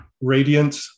Radiant